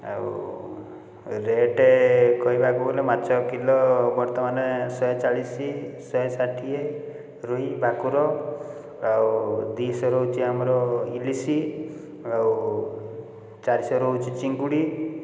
ଆଉ ରେଟ୍ କହିବାକୁ ଗଲେ ମାଛ କିଲୋ ବର୍ତ୍ତମାନ ଶହେଚାଳିଶ ଶହେଷାଠିଏ ରୋହି ଭାକୁର ଆଉ ଦୁଇଶହ ରହୁଛି ଆମର ଇଲିଶି ଆଉ ଚାରିଶହ ରହୁଛି ଚିଙ୍ଗୁଡ଼ି